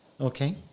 okay